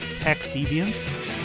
TextDeviance